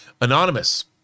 Anonymous